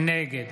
נגד